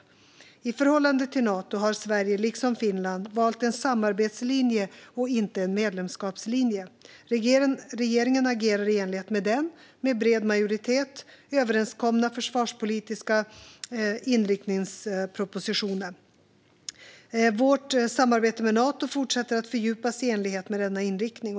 I förhållande till Nato har Sverige, liksom Finland, valt en samarbetslinje och inte en medlemskapslinje. Regeringen agerar i enlighet med den med bred majoritet överenskomna försvarspolitiska inriktningspropositionen. Vårt samarbete med Nato fortsätter att fördjupas i enlighet med denna inriktning.